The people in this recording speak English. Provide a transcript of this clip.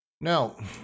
Now